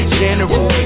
general